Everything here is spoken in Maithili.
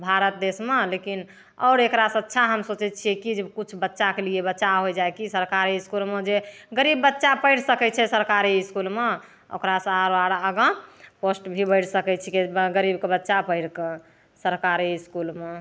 भारत देसमे लेकिन आओर एकरासे अच्छा हम सोचै छिए कि जे किछु बच्चाके लिए बच्चा होइ जाइ कि सरकारी इसकुलमे जे गरीब बच्चा पढ़ि सकै छै सरकारी इसकुलमे ओकरासे आओर आओर आगाँ पोस्ट भी बढ़ि सकै छिकै गरीबके बच्चा पढ़िके सरकारी इसकुलमे